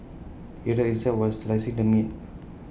he hurt himself while slicing the meat